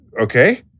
okay